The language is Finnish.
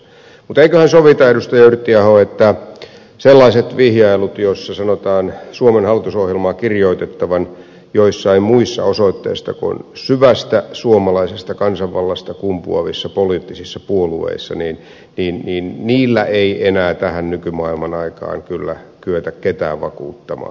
mutta eiköhän sovita edustaja yrttiaho että sellaisilla vihjailuilla joissa sanotaan suomen hallitusohjelmaa kirjoitettavan joissain muissa osoitteissa kuin syvästä suomalaisesta kansanvallasta kumpuavissa poliittisissa puolueissa ei enää tähän nykymaailman aikaan kyllä kyetä ketään vakuuttamaan